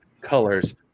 colors